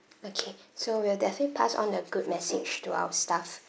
okay so we'll definitely pass on a good message to our staff